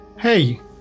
Hey